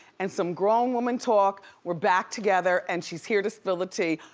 and some grown woman talk, we're back together and she's here to spill the tea.